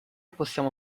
possiamo